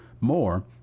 more